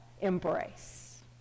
embrace